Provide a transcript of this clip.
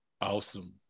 Awesome